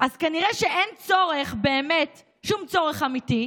אז כנראה שאין צורך באמת, שום צורך אמיתי,